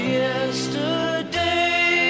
yesterday